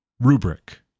rubric